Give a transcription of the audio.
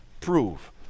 prove